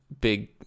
big